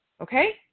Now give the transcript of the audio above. okay